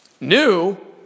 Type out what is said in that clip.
New